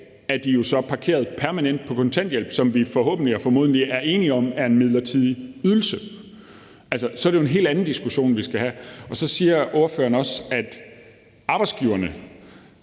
er de jo så parkeret permanent på kontanthjælp, som vi forhåbentlig og formodentlig er enige om er en midlertidig ydelse, og så er det jo en helt anden diskussion, vi skal have. Så siger ordføreren også, at arbejdsgiverne